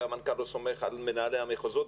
המנכ"ל לא סומך על מנהלי המחוזות,